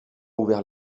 ouvert